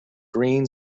green